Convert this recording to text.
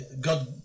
God